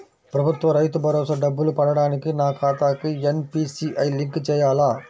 ప్రభుత్వ రైతు భరోసా డబ్బులు పడటానికి నా ఖాతాకి ఎన్.పీ.సి.ఐ లింక్ చేయాలా?